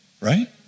Right